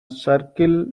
circle